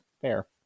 Fair